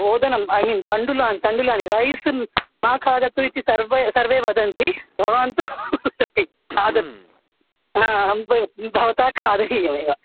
ओदनम् I mean तण्डुलान् तण्डुलानि रैस् मा खादतु इति सर्वे सर्वे वदन्ति भवान् तु खादतु आं भवता खादनीयमेव